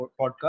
podcast